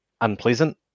unpleasant